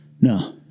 No